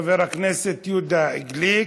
חבר הכנסת יהודה גליק,